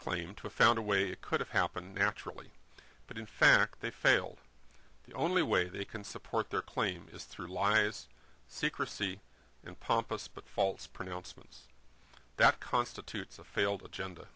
claim to found a way it could have happened naturally but in fact they failed the only way they can support their claim is through lies secrecy and pompous but false pronouncements that constitutes a failed agenda